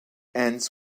ends